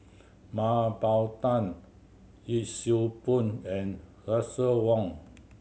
Mah Bow Tan Yee Siew Pun and Russel Wong